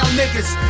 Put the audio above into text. niggas